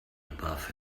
above